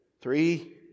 Three